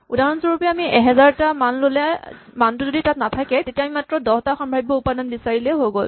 উদাহৰণস্বৰূপে আমি ১০০০ টা মান ল'লে মানটো যদি তাত নাথাকে তেতিয়া আমি মাত্ৰ দহটা সাম্ভাৱ্য উপাদান বিচাৰিলেই হৈ গ'ল